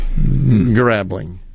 grabbling